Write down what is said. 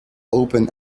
open